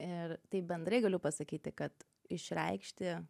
ir taip bendrai galiu pasakyti kad išreikšti